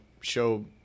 show